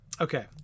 Okay